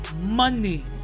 money